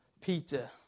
Peter